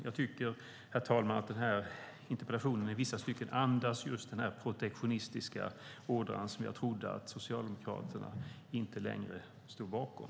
Jag tycker, herr talman, att den här interpellationen i vissa stycken andas just den protektionistiska ådra som jag trodde att Socialdemokraterna inte längre stod bakom.